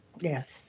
Yes